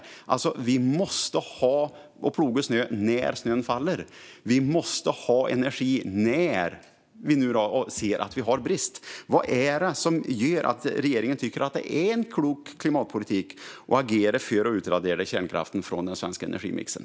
Precis som vi måste ploga snö när snön faller måste vi ha energi när vi har brist. Vad är det som gör att regeringen tycker att detta är en klok klimatpolitik och agerar för att utradera kärnkraften från den svenska energimixen?